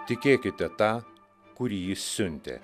tikėkite tą kurį jis siuntė